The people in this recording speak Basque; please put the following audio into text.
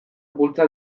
bultza